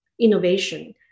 innovation